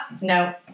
no